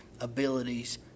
abilities